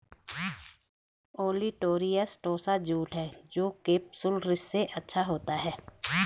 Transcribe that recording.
olitorius टोसा jute है जो केपसुलरिस से अच्छा होता है